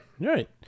right